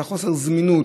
על חוסר הזמינות,